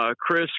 Chris